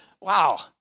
wow